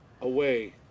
away